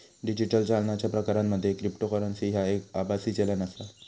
digital चालनाच्या प्रकारांमध्ये cryptocurrency ह्या एक आभासी चलन आसा